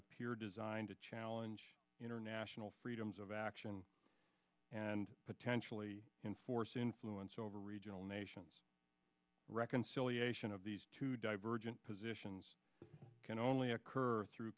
appear designed to challenge international freedoms of action and potentially enforce influence over regional nations reconciliation of these two divergent positions can only occur through